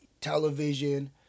television